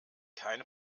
keine